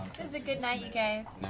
it's a good night, you guys.